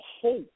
hope